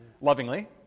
lovingly